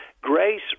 grace